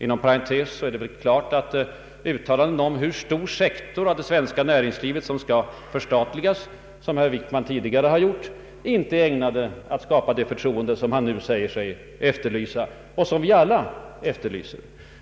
Dessförinnan vill jag dock säga att de uttalanden om hur stor sektor av det svenska näringslivet som skall förstatligas, som herr Wickman tidigare gjort, givetvis inte är ägnade att skapa det förtroende som han nu säger sig efterlysa och som vi alla efterlyser.